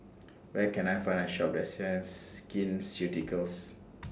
Where Can I Find A Shop that sells Skin Ceuticals